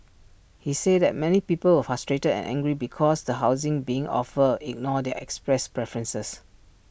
he said that many people were frustrated and angry because the housing being offered ignored their expressed preferences